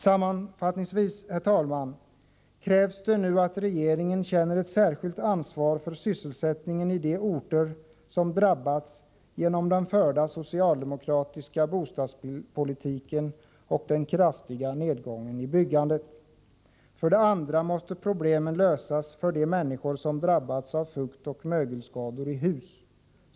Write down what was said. Sammanfattningsvis, herr talman, krävs det nu att regeringen känner ett särskilt ansvar för sysselsättningen på de orter som drabbats genom den förda socialdemokratiska bostadspolitiken och till följd av den kraftiga nedgången i byggandet. Vidare måste problemen lösas för de människor som drabbats av fuktoch mögelskador i hus.